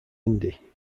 indy